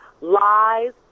lies